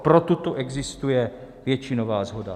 Pro toto tu existuje většinová shoda.